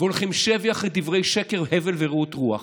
והולכים שבי אחרי דברי שקר, הבל ורעות רוח.